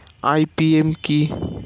IPM কি?